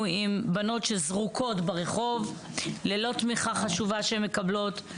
עם בנות שזרוקות לרחוב ללא תמיכה חשובה שהן מקבלות.